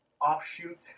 offshoot